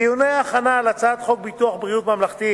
בדיוני ההכנה להצעת חוק ביטוח בריאות ממלכתי